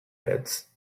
pits